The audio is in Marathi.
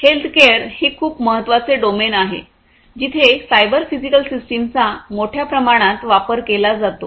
हेल्थकेअर हे खूप महत्वाचे डोमेन आहे जिथे सायबर फिजिकल सिस्टमचा मोठ्या प्रमाणात वापर केला जातो